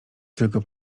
tylko